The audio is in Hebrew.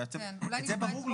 זה ברור לי.